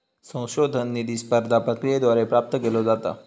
संशोधन निधी स्पर्धा प्रक्रियेद्वारे प्राप्त केलो जाता